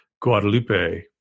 Guadalupe